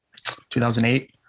2008